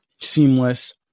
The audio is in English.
seamless